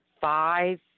five